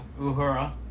Uhura